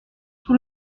tout